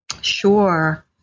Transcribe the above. Sure